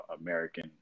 American